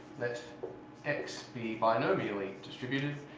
let x be binomially distributed.